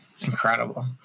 incredible